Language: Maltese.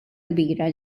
kbira